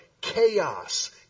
chaos